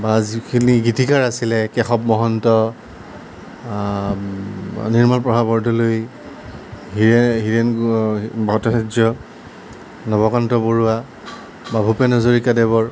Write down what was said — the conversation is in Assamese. বা যিখিনি গীতিকাৰ আছিলে কেশৱ মহন্ত নিৰ্মলপ্ৰভা বৰদলৈ হীৰেণ ভট্টাচাৰ্য নৱকান্ত বৰুৱা বা ভূপেন হাজৰিকা দেৱৰ